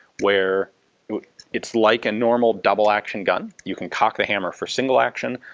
where it's like a normal double action gun, you can cock the hammer for single action,